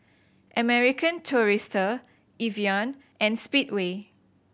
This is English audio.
American Tourister Evian and Speedway